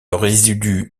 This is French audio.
résidu